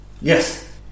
Yes